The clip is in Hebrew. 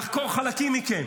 לחקור חלקים מכם.